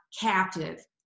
captive